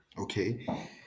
okay